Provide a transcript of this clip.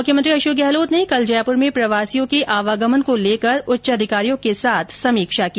मुख्यमंत्री अशोक गहलोत ने कल जयपुर में प्रवासियों के आवागमन को लेकर उच्च अधिकारियों के साथ समीक्षा की